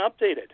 updated